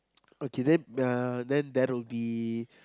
okay then uh then that will be